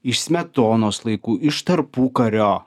iš smetonos laikų iš tarpukario